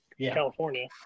California